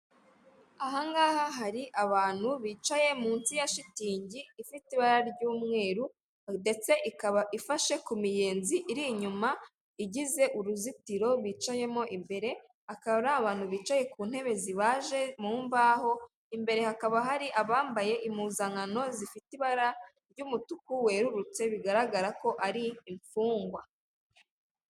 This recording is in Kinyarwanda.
Aha ngaha hari abantu bicaye munsi ya shitingi ifite ibara ry'umweru ndetse ikaba ifashe ku miyenzi iri inyuma igize uruzitiro bicayemo imbere akaba ari abantu bicaye ku ntebe zibaje mu mbaho imbere hakaba hari abambaye impuzankano zifite ibara ry'umutuku werurutse bigaragara ko ari imfungwa.